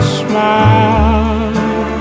smile